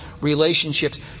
relationships